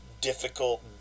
difficult